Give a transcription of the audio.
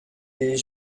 les